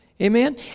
amen